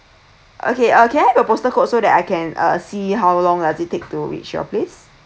okay uh can I have your postal code so that I can uh see how long does it take to reach your place